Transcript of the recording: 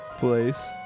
Place